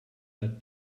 that